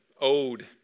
owed